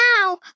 now